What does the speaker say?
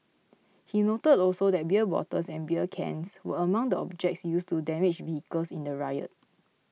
he noted also that beer bottles and beer cans were among the objects used to damage vehicles in the riot